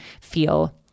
feel